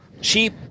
cheap